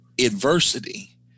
adversity